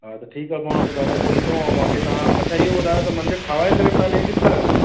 हा त ठीकु आहे पोइ मां पोइ दादा पोइ ईंदोमांव मूंखे तव्हां अछा इहो ॿुधायो त मंदरु ठाहिराए करे तव्हां ॾई सघंदा आहियो